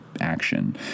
action